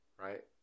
Right